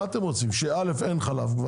אין עכשיו חלב,